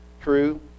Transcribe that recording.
true